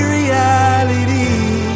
reality